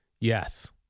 Yes